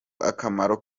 akamaro